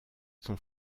son